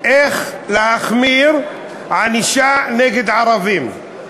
איך להחמיר ענישה נגד ערבים.